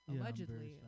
allegedly